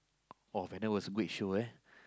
oh Venom was a great show eh